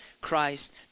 Christ